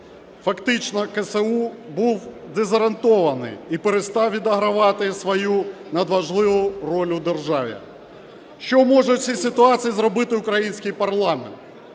Фактично КСУ був дезорієнтований і перестав відігравати свою надважливу роль у державі. Що може в цій ситуації зробити український парламент?